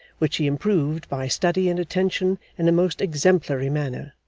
which he improved by study and attention in a most exemplary manner.